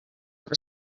over